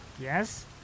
Yes